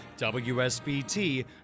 WSBT